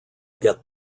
get